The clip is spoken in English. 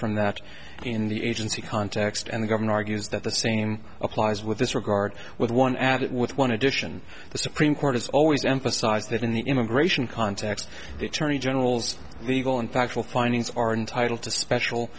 from that in the agency context and the governor argues that the same applies with this regard with one added with one addition the supreme court has always emphasized that in the immigration context the attorney general's legal and factual findings are entitled to special